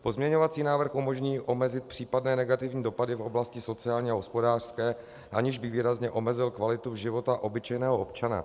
Pozměňovací návrh umožní omezit případné negativní dopady v oblasti sociálně hospodářské, aniž by výrazně omezil kvalitu života obyčejného občana.